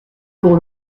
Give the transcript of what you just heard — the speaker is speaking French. pour